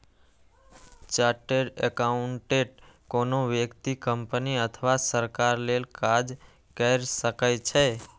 chartered accountant कोनो व्यक्ति, company अथवा सरकार लेल काज कैर सकै छै